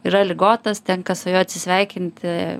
yra ligotas tenka su juo atsisveikinti